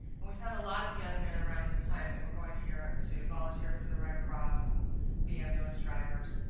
and we found a lot of young men around this time that were going to europe to volunteer for the red cross and be ambulance drivers.